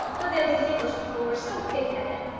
but then these english people were so pig-headed!